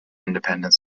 independent